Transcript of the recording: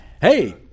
hey